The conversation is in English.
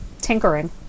tinkering